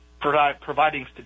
providing